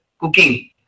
cooking